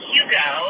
Hugo